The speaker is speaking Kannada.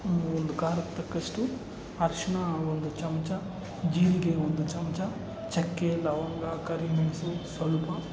ಒಂದು ಖಾರಕ್ಕೆ ತಕ್ಕಷ್ಟು ಅರಶಿನ ಒಂದು ಚಮಚ ಜೀರಿಗೆ ಒಂದು ಚಮಚ ಚಕ್ಕೆ ಲವಂಗ ಕರಿ ಮೆಣಸು ಸ್ವಲ್ಪ